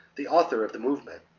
the author of the movement,